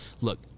look